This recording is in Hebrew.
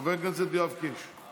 חבר הכנסת יואב קיש,